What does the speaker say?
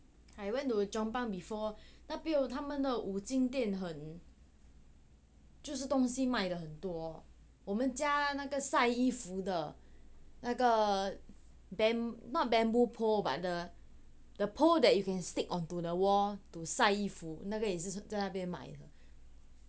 I went to chong pang before 那边有他们的五金店很就是东西卖很多我们家那个晒衣服的那个 bam~ not bamboo pole the the pole that you can stick onto the wall to 晒衣服那个也是在那边买的